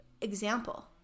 example